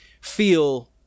feel